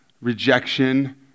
Rejection